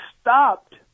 stopped